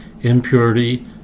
impurity